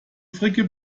fricke